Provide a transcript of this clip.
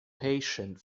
patient